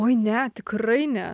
oi ne tikrai ne